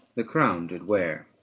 the crown did wear,